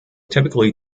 typically